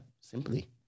simply